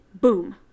boom